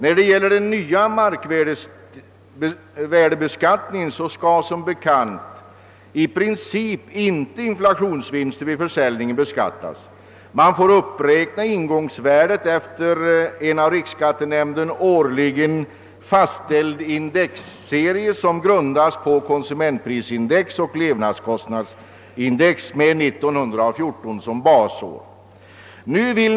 Vad den nya markvärdebeskattningen beträffar skall som bekant i princip inflationsvinster vid försäljningen inte beskattas. Man får uppräkna ingångsvärdet efter en av riksskattenämnden årligen fastställd indexserie, som grundas på konsumentprisindex och levnadskostnadsindex med 1914 som basår.